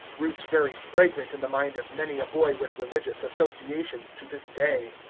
roots very fragrant in the mind of many a boy with religious associations to this day.